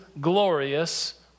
glorious